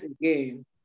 again